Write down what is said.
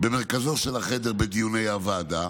במרכזו של החדר בדיוני הוועדה.